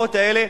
הדוגמאות האלה,